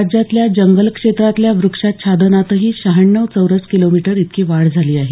राज्यातल्या जंगलक्षेत्रातल्या व्रक्षाच्छादनातही शहाण्णव चौरस किलोमीटर इतकी वाढ झाली आहे